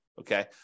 Okay